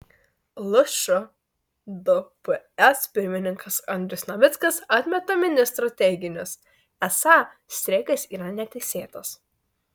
lšdps pirmininkas andrius navickas atmeta ministro teiginius esą streikas yra neteisėtas